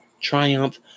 triumph